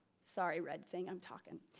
sorry, red thing i'm talking.